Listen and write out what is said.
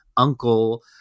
uncle